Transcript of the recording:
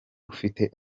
ufite